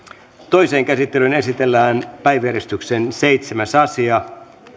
toiseen käsittelyyn esitellään päiväjärjestyksen seitsemäs asia nyt